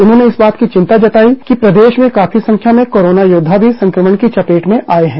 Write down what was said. उन्होंने इस बात चिंता जताई की प्रदेश में काफी संख्या में कोरोना योद्धा भी संक्रमण की चपेट में आए है